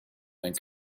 and